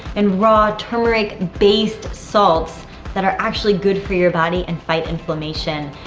and raw turmeric based salts that are actually good for your body and fight inflammation.